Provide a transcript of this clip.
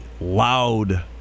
loud